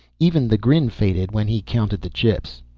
even the grin faded when he counted the chips.